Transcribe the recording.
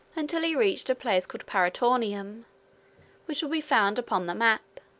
until he reached a place called paraetonium which will be found upon the map.